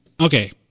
okay